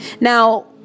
Now